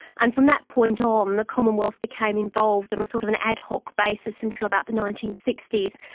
and from that point on, the commonwealth became involved in a sort of an ad hoc basis until about the nineteen sixty s,